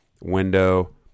window